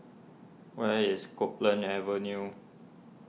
where is Copeland Avenue